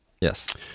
yes